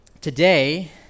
today